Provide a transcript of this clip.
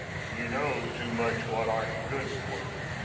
and you know too much what aren't good for you.